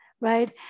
right